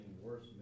worse